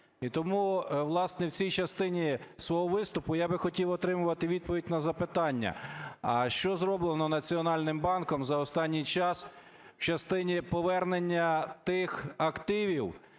І тому, власне, в цій частині свого виступу я би хотів отримати відповідь на запитання: а що зроблено Національним банком за останній час в частині повернення тих активів,